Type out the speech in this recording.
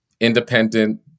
independent